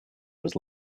was